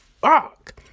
fuck